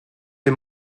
een